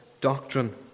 doctrine